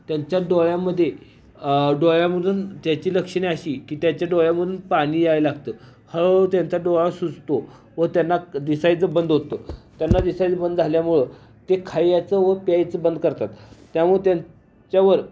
त्यांच्या डोळ्यामध्ये डोळ्यामधून त्याची लक्षणे अशी की त्याच्या डोळ्यामधून पाणी याय लागतं हळूहळू त्यांचा डोळा सुजतो व त्यांना दिसायचं बंद होतं त्यांना दिसायचं बंद झाल्यामुळं ते खायचं व प्यायचं बंद करतात त्यामुळे त्यांच्यावर